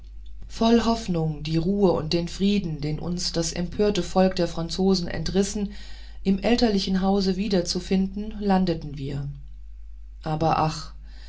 voll hoffnung die ruhe und den frieden den uns das empörte volk der franzosen entrissen im elterlichen hause wiederzufinden landeten wir aber ach